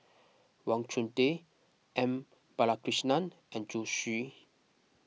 Wang Chunde M Balakrishnan and Zhu Xu